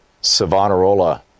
savonarola